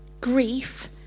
grief